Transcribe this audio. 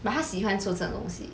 but 他喜欢做这种东西